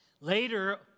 Later